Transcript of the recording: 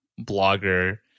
blogger